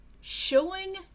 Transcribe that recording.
showing